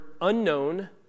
unknown